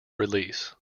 release